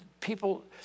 people